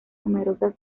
numerosas